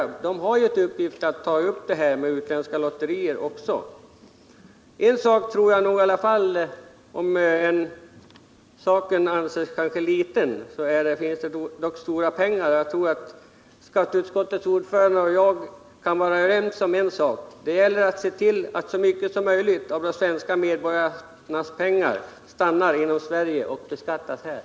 Utredningen har ju till uppgift att också ta upp frågan om utländska lotterier. Även om denna fråga kanske kan anses vara obetydlig, så rör det sig dock om stora pengar, och jag tror att skatteutskottets ordförande och jag kan vara överens om en sak: det gäller att se till att så mycket som möjligt av de svenska medborgarnas pengar stannar inom Sverige och beskattas här.